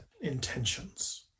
intentions